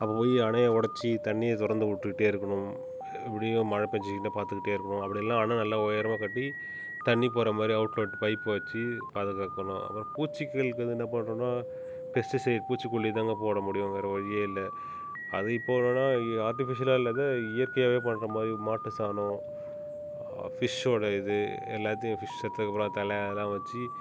அப்போது போய் அணையை உடச்சி தண்ணியை திறந்து விட்டுகிட்டே இருக்கணும் இப்படியும் மழை பேஞ்சுருந்தால் பார்த்துக்கிட்டே இருக்கணும் அப்படி இல்லைன்னா அணை நல்லா உயரமா கட்டி தண்ணி போகிற மாதிரி அவுட்லெட் பைப் வச்சு பாதுகாக்கணும் அப்புறம் பூச்சிகளுக்கு வந்து என்ன பண்ணுறோன்னா பெஸ்டிசைட் பூச்சிக்கொல்லி தாங்க போட முடியும் வேறு வழியே இல்லை அது இப்போ வேணும்ன்னால் இது ஆர்ட்டிஃபிஷியலாக அல்லது இயற்கையாகவே பண்ணுற மாதிரி மாட்டு சாணம் ஃபிஷ்ஷோட இது எல்லாத்தையும் ஃபிஷ் செத்ததுக்கு அப்புறம் அது தலை அதெல்லாம் வச்சு